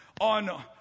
on